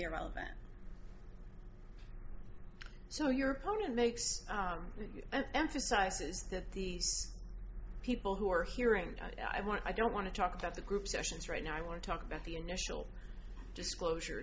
irrelevant so your opponent makes emphasizes that the people who are hearing i want i don't want to talk about the group sessions right now i want to talk about the initial disclosure